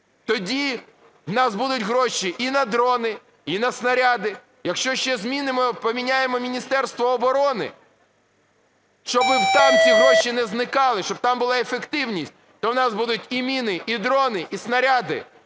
тоді в нас будуть гроші і на дрони, і на снаряди. Якщо ще змінимо, поміняємо Міністерство оборони, щоб там ці гроші не зникали, щоб там була ефективність, то в нас будуть і міни, і дрони, і снаряди,